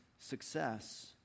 Success